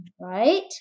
right